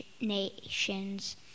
nations